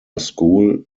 school